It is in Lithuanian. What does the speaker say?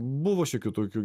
buvo šiokių tokių